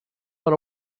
but